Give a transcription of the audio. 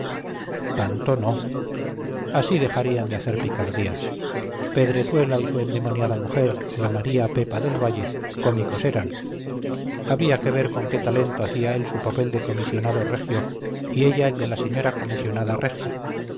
tanto no así dejarían de hacer picardías pedrezuela y su endemoniada mujer la maría pepa del valle cómicos eran había que ver con qué talento hacía él su papel de comisionado regio y ella el de la señora comisionada regia